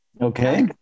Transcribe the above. Okay